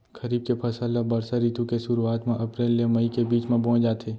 खरीफ के फसल ला बरसा रितु के सुरुवात मा अप्रेल ले मई के बीच मा बोए जाथे